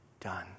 done